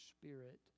spirit